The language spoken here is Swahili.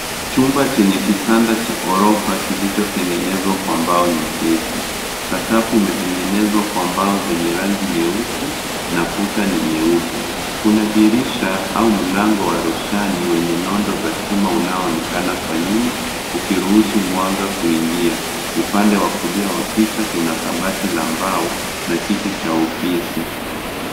Chumba chenye kitanda cha orofa kilichotengenezwa kwa mbao nyepesi. Sakafu imetengenezwa kwa mbao zenye rangi nyeusi na kuta ni nyeupe. Kuna dirisha au mlango wa roshani wenye nondo za chuma unaonekana kwa nyuma ukiruhusu mwanga kuingia. Upande wa kulia wa picha, kuna kabati la mbao na kiti cha ofisi.